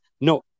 no